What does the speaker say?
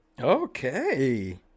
Okay